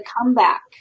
comeback